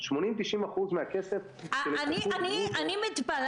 80%-90% מהכסף של השתכרות ברוטו --- אני מתפלאת,